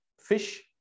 fish